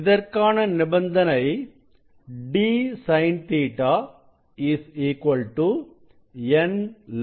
இதற்கான நிபந்தனை d sin Ɵ n λ